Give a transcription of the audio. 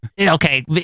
okay